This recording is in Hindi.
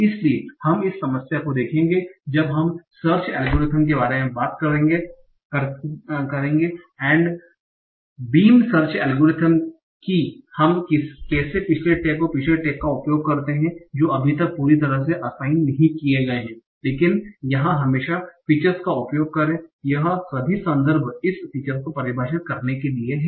इसलिए हम इस समस्या को देखेंगे जब हम सर्च एल्गोरिथ्म के बारे में बात करते हैं बीम सर्च एल्गोरिथ्म कि हम कैसे पिछले टैग और पिछले टैग का उपयोग करते हैं जो अभी तक पूरी तरह से असाइन नहीं किए गए हैं लेकिन यहां हमेशा फीचर्स का उपयोग करें यह सभी संदर्भ इस फीचर्स को परिभाषित करने के लिए हैं